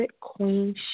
Queen